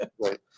Right